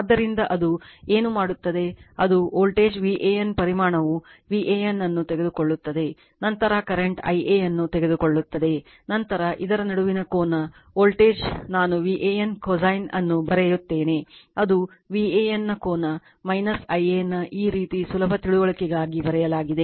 ಆದ್ದರಿಂದ ಅದು ಏನು ಮಾಡುತ್ತದೆ ಅದು ವೋಲ್ಟೇಜ್ VAN ಪರಿಮಾಣವು VAN ಅನ್ನು ತೆಗೆದುಕೊಳ್ಳುತ್ತದೆ ನಂತರ ಕರೆಂಟ್ Ia ಅನ್ನು ತೆಗೆದುಕೊಳ್ಳುತ್ತದೆ ನಂತರ ಇದರ ನಡುವಿನ ಕೋನ ವೋಲ್ಟೇಜ್ ನಾನು VAN ನ cosine ಅನ್ನು ಬರೆಯುತ್ತೇನೆ ಅದು VAN ನ ಕೋನ Ia ನ ಈ ರೀತಿ ಸುಲಭ ತಿಳುವಳಿಕೆಗಾಗಿ ಬರೆಯಲಾಗಿದೆ